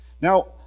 Now